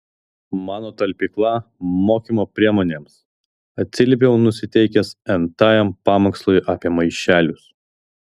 mano talpykla mokymo priemonėms atsiliepiau nusiteikęs n tajam pamokslui apie maišelius